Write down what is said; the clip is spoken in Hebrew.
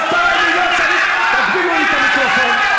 תגבירו לי את המיקרופון.